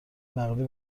نقدی